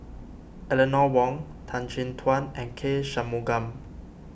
Eleanor Wong Tan Chin Tuan and K Shanmugam